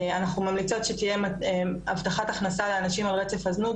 אנחנו ממליצות שתהיה הבטחת הכנסה לאנשים על רצף הזנות,